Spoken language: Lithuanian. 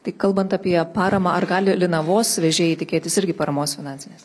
tai kalbant apie paramą ar gali linavos vežėjai tikėtis irgi paramos finansinės